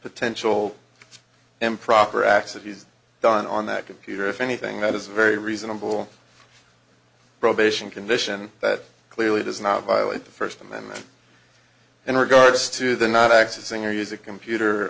potential improper acts if he's done on that computer if anything that is a very reasonable probation condition that clearly does not violate the first amendment in regards to the not accessing or use a computer